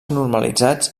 normalitzats